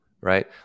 right